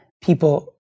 people